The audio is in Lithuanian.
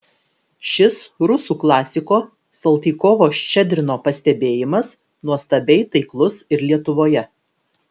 šis rusų klasiko saltykovo ščedrino pastebėjimas nuostabiai taiklus ir lietuvoje